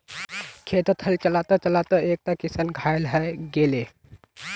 खेतत हल चला त चला त एकता किसान घायल हय गेले